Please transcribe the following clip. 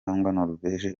norvege